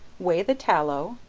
weigh the tallow,